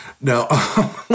No